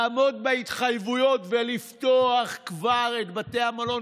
לעמוד בהתחייבויות ולפתוח כבר את בתי המלון,